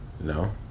No